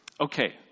Okay